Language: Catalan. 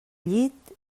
llit